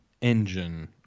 engine